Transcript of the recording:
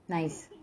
nice